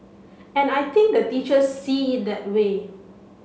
and I think the teachers see it that way